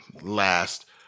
last